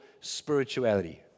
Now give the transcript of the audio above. spirituality